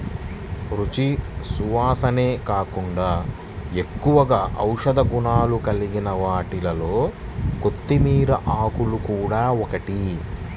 రుచి, సువాసనే కాకుండా ఎక్కువగా ఔషధ గుణాలు కలిగిన వాటిలో కొత్తిమీర ఆకులు గూడా ఒకటి